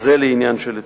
זה לעניין של אתמול.